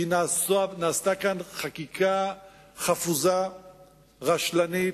כי נעשתה כאן חקיקה חפוזה, רשלנית,